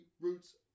roots